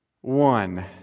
one